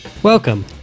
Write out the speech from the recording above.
Welcome